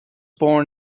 born